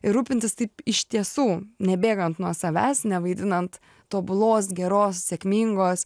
ir rūpintis taip iš tiesų nebėgant nuo savęs nevaidinant tobulos geros sėkmingos